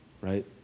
right